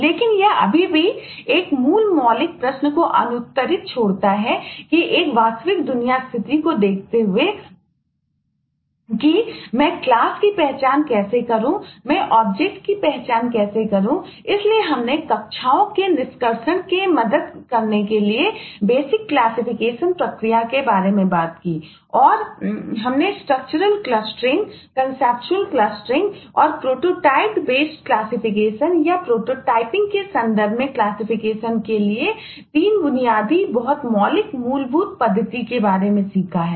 लेकिन यह अभी भी एक मूल मौलिक प्रश्न को अनुत्तरित छोड़ता है कि एक वास्तविक दुनिया स्थिति को देखते हुए कि मैं क्लास करते हैं